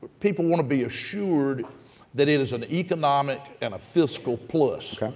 people want to be assured that it is an economic and a fiscal plus,